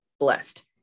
blessed